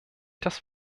das